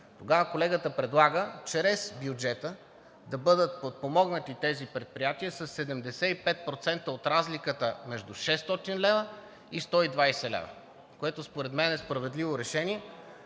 Тогава колегата предлага чрез бюджета да бъдат подпомогнати тези предприятия със 75% от разликата между 600 лв. и 120 лв., което според мен е справедливо решение,